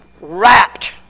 wrapped